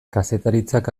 kazetaritzak